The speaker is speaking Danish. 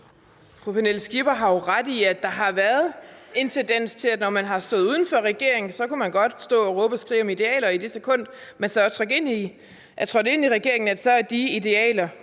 Fru Pernille Skipper har jo ret i, at der har været en tendens til, at når man har stået uden for regeringen, så kunne man godt stå og råbe og skrige om idealer, og i det sekund, man er trådt ind i regeringen, er de idealer